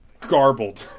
garbled